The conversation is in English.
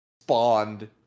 spawned